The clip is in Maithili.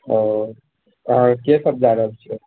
आ आओर अहाँ के सभ जा रहल छियै